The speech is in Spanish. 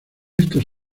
estos